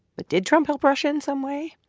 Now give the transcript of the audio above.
but did trump help russia in some way,